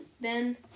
Ben